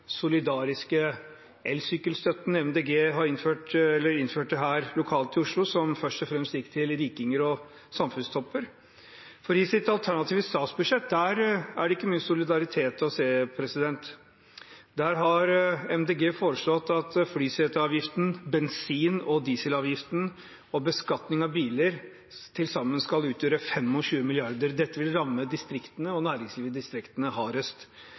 solidariske elsykkelstøtten Miljøpartiet De Grønne innførte lokalt her i Oslo, som først og fremst gikk til rikinger og samfunnstopper? For i deres alternative statsbudsjett er det ikke mye solidaritet å se. Der har Miljøpartiet De Grønne foreslått at flyseteavgiften, bensin- og dieselavgiften og beskatning av biler til sammen skal utgjøre 25 mrd. kr. Dette vil ramme distriktene og næringslivet i distriktene hardest.